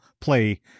play